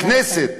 כנסת